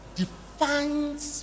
defines